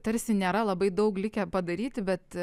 tarsi nėra labai daug likę padaryti bet